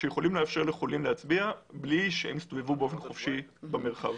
שיכולים לאפשר לחולים להצביע בלי שהם יסתובבו באופן חופשי במרחב.